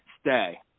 stay